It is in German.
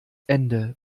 ende